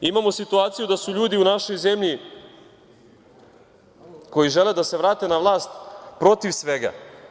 Imamo situaciju da su ljudi u našoj zemlji koji žele da se vrate na vlast protiv svega.